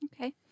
Okay